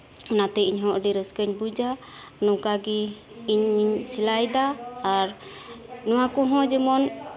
ᱚᱱᱟᱛᱮ ᱤᱧᱦᱚᱸ ᱟᱹᱰᱤ ᱨᱟᱥᱠᱟᱹᱧ ᱵᱩᱡᱟ ᱱᱚᱝᱠᱟ ᱜᱮ ᱤᱧᱤᱧ ᱥᱤᱞᱟᱹᱭ ᱮᱫᱟ ᱟᱨ ᱱᱚᱶᱟ ᱠᱚᱸᱦᱚ ᱡᱮᱢᱚᱱ